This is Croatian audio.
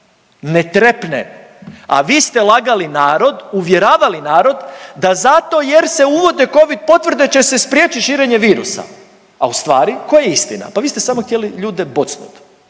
ne trepne, a vi ste lagali narod, uvjeravali narod da zato jer se uvode Covid potvrde će se spriječiti širenje virusa, a u stvari koja je istina, pa vi ste samo htjeli ljude bocnuti.